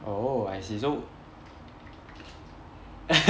oh I see so